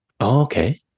okay